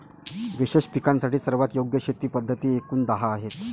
विशेष पिकांसाठी सर्वात योग्य शेती पद्धती एकूण दहा आहेत